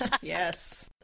Yes